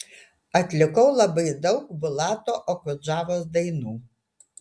atlikau labai daug bulato okudžavos dainų